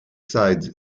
sides